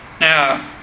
Now